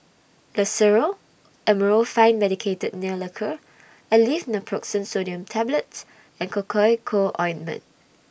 Loceryl Amorolfine Medicated Nail Lacquer Aleve Naproxen Sodium Tablets and Cocois Co Ointment